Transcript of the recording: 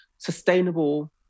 sustainable